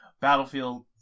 Battlefield